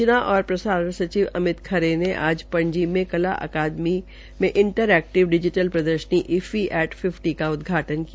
सूचना और प्रसारण सचिव अमित खरे ने आज पणजी के कला अकादीम मं इंटरएक्टिव डिजीटल प्रदर्शनी ईफकी ऐट फिफटी का उदघाटन किया